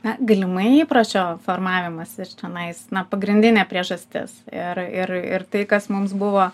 na galimai įpročio formavimasis čionais na pagrindinė priežastis ir ir ir tai kas mums buvo